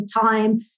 time